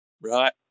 Right